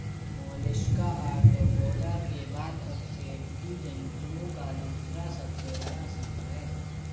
Mollusca Arthropoda के बाद अकशेरुकी जंतुओं का दूसरा सबसे बड़ा संघ है